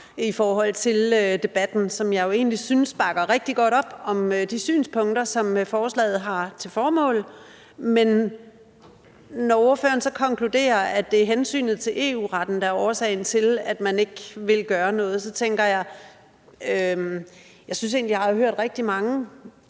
i forhold til debatten, som jeg jo egentlig synes bakker rigtig godt op om de synspunkter, som forslaget har til formål at fremme. Men når ordføreren konkluderer, at det er hensynet til EU-retten, der er årsagen til, at man ikke vil gøre noget, så tænker jeg, at jeg egentlig synes, at jeg har hørt rigtig mange